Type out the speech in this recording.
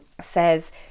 says